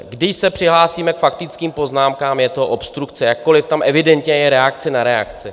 Když se přihlásíme k faktickým poznámkám, je to obstrukce, jakkoliv tam evidentně je reakce na reakci.